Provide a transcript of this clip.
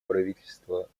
правительство